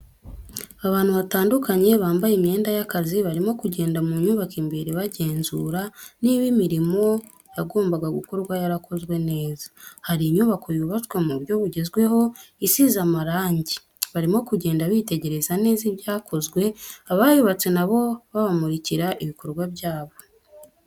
Abantu batandukanye bambaye imyenda y'akazi, barimo kugenda mu nyubako imbere bagenzura niba imirimo yagombaga gukorwa yarakozwe neza, hari inyubako yubatswe mu buryo bugezweho isize amarangi, barimo kugenda bitegereza neza ibyakozwe, abayubatse nabo babamurikira ibikorwa byabo.